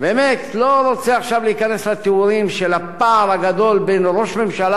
אני לא רוצה להיכנס לתיאורים של הפער הגדול בין ראש ממשלה,